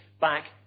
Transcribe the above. back